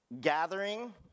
gathering